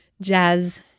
jazz